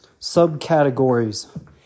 subcategories